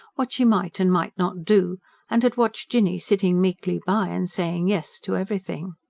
what she might and might not do and had watched jinny sitting meekly by and saying yes to everything.